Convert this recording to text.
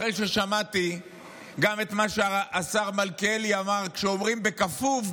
אחרי ששמעתי גם את מה שהשר מלכיאלי אמר: כשאומרים בכפוף,